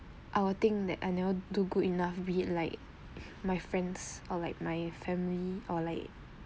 I will think that I never do good enough be it like my friends or like my family or like